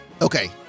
Okay